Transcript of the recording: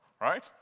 right